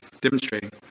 demonstrating